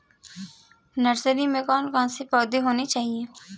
Nursery में कौन कौन से पौधे होने चाहिए?